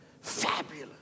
fabulous